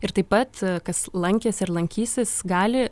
ir taip pat kas lankėsi ar lankysis gali